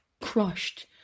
crushed